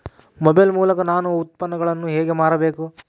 Mobile ಮೂಲಕ ನಾನು ಉತ್ಪನ್ನಗಳನ್ನು ಹೇಗೆ ಮಾರಬೇಕು?